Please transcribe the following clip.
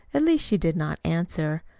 at least she did not answer.